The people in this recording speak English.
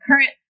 current